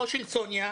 לא של סוניה.